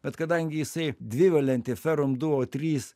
bet kadangi jisai dvivalentė ferum du o trys